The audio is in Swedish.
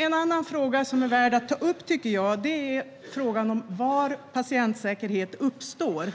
En annan fråga som är värd att ta upp är frågan om var patientsäkerhet uppstår.